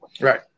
Right